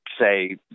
say